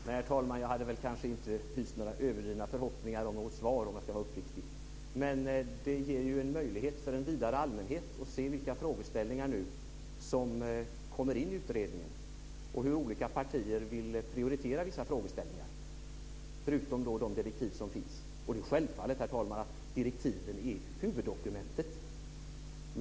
Herr talman! Jag hade inte hyst några överdrivna förhoppningar om något svar, om jag ska vara uppriktig. Men det ger en möjlighet för en vidare allmänhet att se vilka frågeställningar som kommer in i utredningen och hur olika partier vill prioritera vissa frågeställningar, förutom de direktiv som finns. Det är självfallet, herr talman, att direktivet är huvuddokumentet.